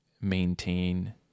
maintain